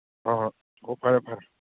ꯍꯣꯏ ꯍꯣꯏ ꯑꯣ ꯐꯔꯦ ꯐꯔꯦ